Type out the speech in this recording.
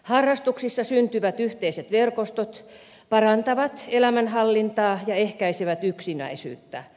harrastuksissa syntyvät yhteiset verkostot parantavat elämänhallintaa ja ehkäisevät yksinäisyyttä